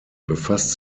befasst